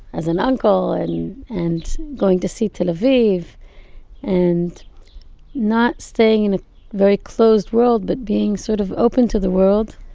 as an uncle and, and going to see tel aviv and not staying in a very closed world but being sort of open to the world.